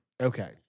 Okay